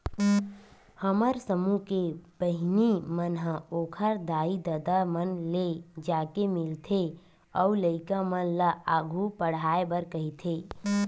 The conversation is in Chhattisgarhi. हमर समूह के बहिनी मन ह ओखर दाई ददा मन ले जाके मिलथे अउ लइका मन ल आघु पड़हाय बर कहिथे